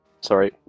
Sorry